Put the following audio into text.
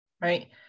right